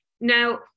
now